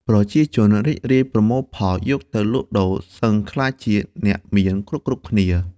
ប្រជាជន រីករាយប្រមូលផលយកទៅលក់ដូរ សឹងក្លាយជាអ្នកមាន គ្រប់ៗ គ្នា ។